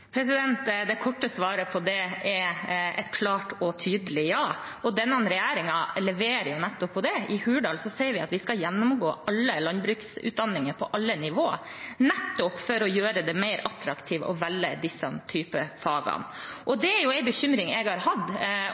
Det korte svaret på det er et klart og tydelig ja, og denne regjeringen leverer nettopp på det. I Hurdalsplattformen sier vi at vi skal gjennomgå alle landbruksutdanningene på alle nivåer, nettopp for å gjøre det mer attraktivt å velge denne typen fag. En bekymring jeg har hatt og har, er